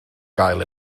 gael